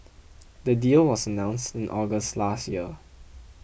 the deal was announced in August last year